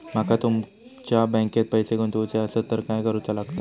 माका तुमच्या बँकेत पैसे गुंतवूचे आसत तर काय कारुचा लगतला?